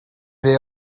they